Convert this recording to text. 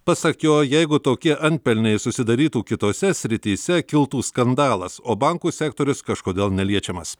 pasak jo jeigu tokie antpelniai susidarytų kitose srityse kiltų skandalas o bankų sektorius kažkodėl neliečiamas